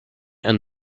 and